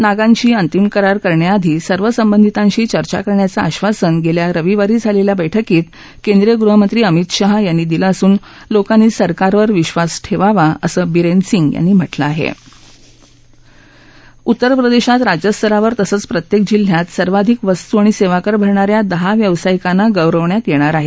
नागाधी अतिम करार करण्याआधी सर्वसद्वितार्धी चर्चा करण्याच आधासन गेल्या रविवारी झालेल्या बैठकीत केंद्रीय गृहमधी अमित शाह यापी दिल ऊसून लोकापी सरकारवर विश्वास ठेवावा असविरेन सिम्धियाती म्हटलय्ती उत्तर प्रदेशात राज्यस्तरावर तसंच प्रत्येक जिल्ह्यामधे सर्वाधिक वस्तू आणि सेवा कर भरणाऱ्या दहा व्यावसायिकांना गौरवण्यात येणार आहे